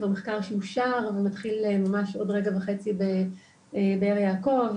במחקר שאושר מתחיל ממש עוד רגע וחצי בבאר יעקב,